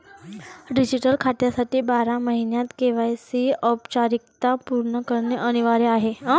digital खात्यासाठी बारा महिन्यांत के.वाय.सी औपचारिकता पूर्ण करणे अनिवार्य आहे